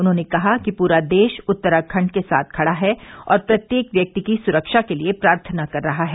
उन्होंने कहा कि पूरा देश उत्तराखंड के साथ खड़ा है और प्रत्येक व्यक्ति की सुरक्षा के लिए प्रार्थना कर रहा है